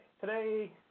Today